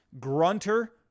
grunter